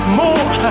more